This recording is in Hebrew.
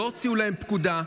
לא הוציאו להם פקודה.